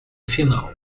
final